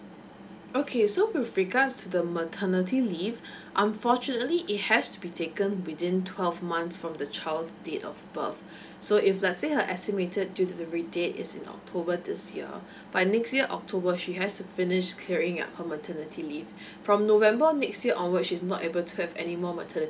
okay so with regards to the maternity leave unfortunately it has to be taken within twelve months from the child date of birth so if let's say her estimated due delivery date is in october this year by next year october she has to finish clearing up her maternity leave from november next year onwards she is not able to have anymore maternity